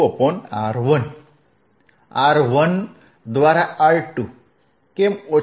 R1 ભાગ્યા R2 કેમ ઓછા